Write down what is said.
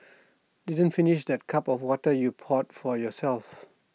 didn't finish that cup of water you poured for yourself